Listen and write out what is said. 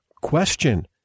question